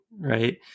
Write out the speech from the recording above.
right